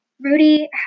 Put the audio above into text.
Rudy